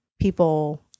people